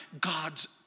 God's